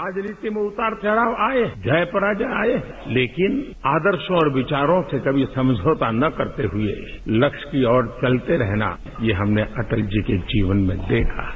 राजनीति में उतार चढ़ाव आये जय पराजय आये लेकिन आदर्श और विचारों से कभी समझौता न करते हुए लक्ष्य की ओर चलते रहना ये हमने अटल जी के जीवन में देखा है